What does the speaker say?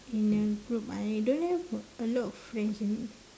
in a group I don't have a lot of friends in